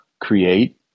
create